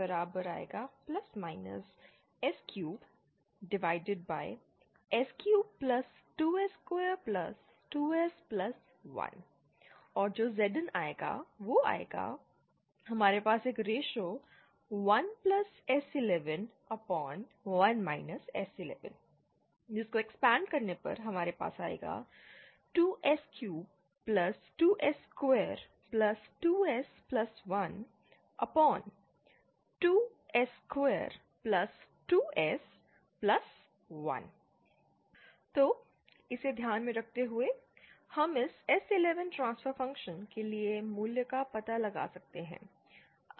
S11sS11s S61 S6 S11sS3S32S22S1 Zin1S111 S112S32S22S12S22S1 तो इसे ध्यान में रखते हुए हम इस S11 ट्रांसफर फ़ंक्शन के लिए मूल्य का पता लगा सकते हैं